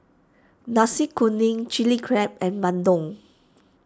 Nasi Kuning Chili Crab and Bandung